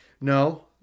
No